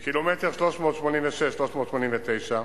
בקילומטרים 386 389,